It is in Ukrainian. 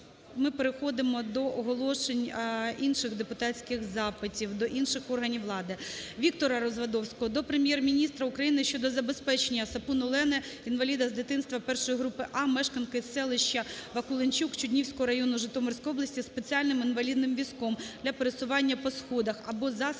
ми переходимо до оголошень інших депутатських запитів до інших органів влади. 11:26:22 ГОЛОВУЮЧИЙ. Віктора Развадовського до Прем'єр-міністра України щодо забезпечення Сопун Олени, інваліда з дитинства 1 групи А, мешканки селища Вакуленчук Чуднівського району, Житомирської області спеціальним інвалідним візком для пересування по сходах або засобом для